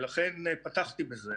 לכן פתחתי בזה,